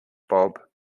bob